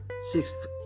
Sixth